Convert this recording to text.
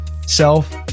self